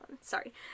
Sorry